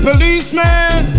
Policeman